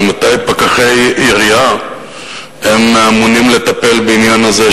היא: ממתי פקחי עירייה אמונים לטפל בעניין הזה,